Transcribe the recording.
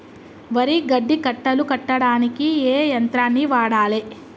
వరి గడ్డి కట్టలు కట్టడానికి ఏ యంత్రాన్ని వాడాలే?